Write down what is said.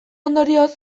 ondorioz